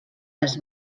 les